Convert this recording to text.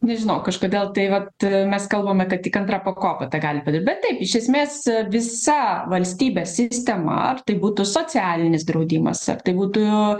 nežinau kažkodėl tai vat mes kalbame kad tik antra pakopa tą gali padaryt bet taip iš esmės visa valstybės sistema ar tai būtų socialinis draudimas ar tai būtų